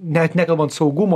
net nekalbant saugumo